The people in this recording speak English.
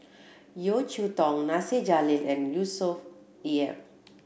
Yeo Cheow Tong Nasir Jalil and Yusnor E F